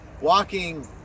walking